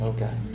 Okay